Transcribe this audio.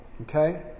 Okay